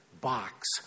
box